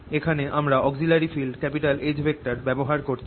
এখানে আমরা auxiliary field H ব্যবহার করেছি